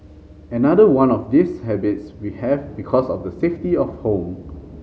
another one of these habits we have because of the safety of home